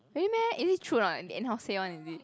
really meh is it true not they anyhow say one is it